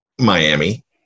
Miami